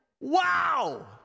Wow